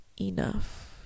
enough